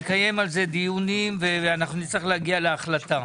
נקיים על זה דיונים ונצטרך להגיע להחלטה.